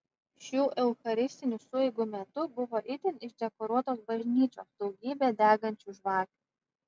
šių eucharistinių sueigų metu buvo itin išdekoruotos bažnyčios daugybė degančių žvakių